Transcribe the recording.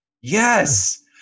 yes